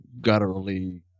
gutturally